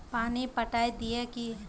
पानी पटाय दिये की?